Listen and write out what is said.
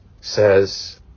says